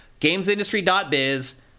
GamesIndustry.biz